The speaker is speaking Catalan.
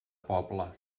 poble